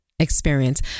Experience